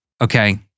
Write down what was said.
okay